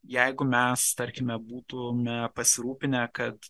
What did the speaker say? jeigu mes tarkime būtume pasirūpinę kad